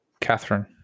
Catherine